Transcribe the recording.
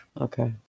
Okay